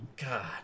God